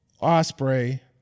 Osprey